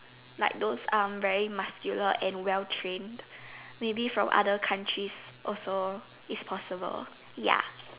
like those um very muscular and well trained maybe from other countries also it's possible ya